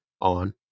on